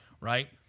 right